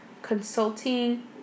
consulting